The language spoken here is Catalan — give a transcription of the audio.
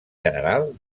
general